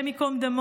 ה' ייקום דמם,